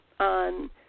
on